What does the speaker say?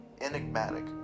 enigmatic